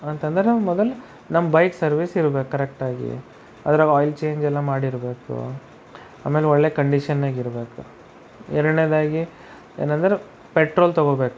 ಅಂತಂದರೆ ಮೊದಲು ನಮ್ಮ ಬೈಕ್ ಸರ್ವೀಸ್ ಇರಬೇಕು ಕರೆಕ್ಟಾಗಿ ಅದ್ರಾಗೆ ಆಯಿಲ್ ಚೇಂಜೆಲ್ಲ ಮಾಡಿರಬೇಕು ಆಮೇಲೆ ಒಳ್ಳೆಯ ಕಂಡೀಷನ್ನಾಗಿರಬೇಕು ಎರಡನೇದಾಗಿ ಏನೆಂದರೆ ಪೆಟ್ರೋಲ್ ತೊಗೊಬೇಕು